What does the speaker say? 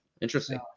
Interesting